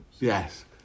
Yes